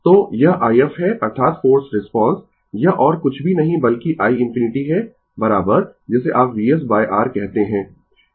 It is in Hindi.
तो यह i f है अर्थात फोर्स्ड रिस्पांस यह और कुछ भी नहीं बल्कि iinfinity है जिसे आप Vs R कहते है